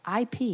IP